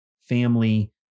family